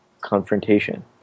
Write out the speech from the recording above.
confrontation